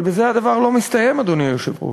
אבל בזה הדבר לא מסתיים, אדוני היושב-ראש.